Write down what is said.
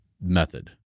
method